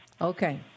Okay